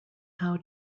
how